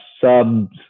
subs